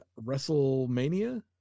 Wrestlemania